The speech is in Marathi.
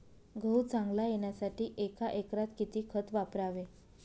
गहू चांगला येण्यासाठी एका एकरात किती खत वापरावे?